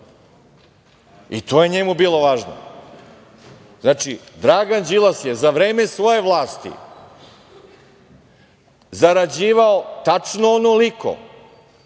To je njemu bilo važno. Znači, Dragana Đilas je za vreme svoje vlasti zarađivao tačno onoliko